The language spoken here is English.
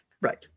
right